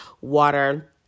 water